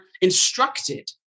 instructed